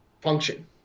function